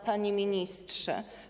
Panie Ministrze!